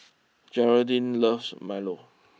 Gearldine loves Milo